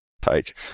page